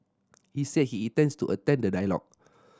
he said he intends to attend the dialogue